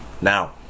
Now